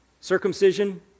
Circumcision